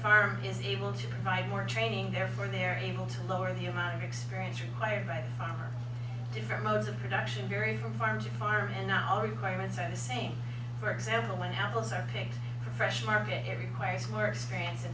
farm is able to provide more training therefore they are able to lower the amount of experience required by the farmer different modes of production vary from farm to farm and not all requirements are the same for example when apples are picked for fresh market it requires more experience a